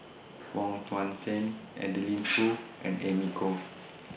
Wong Tuang Seng Adeline Foo and Amy Khor